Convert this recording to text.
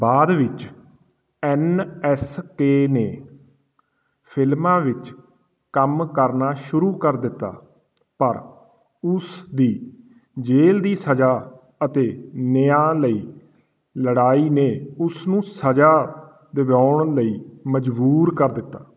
ਬਾਅਦ ਵਿੱਚ N S K ਨੇ ਫਿਲਮਾਂ ਵਿੱਚ ਕੰਮ ਕਰਨਾ ਸ਼ੁਰੂ ਕਰ ਦਿੱਤਾ ਪਰ ਉਸ ਦੀ ਜੇਲ੍ਹ ਦੀ ਸਜ਼ਾ ਅਤੇ ਨਿਆਂ ਲਈ ਲੜਾਈ ਨੇ ਉਸ ਨੂੰ ਸਜ਼ਾ ਦਿਵਾਉਣ ਲਈ ਮਜ਼ਬੂਰ ਕਰ ਦਿੱਤਾ